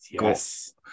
Yes